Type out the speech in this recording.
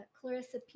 Clarissa